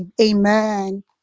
Amen